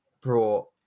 brought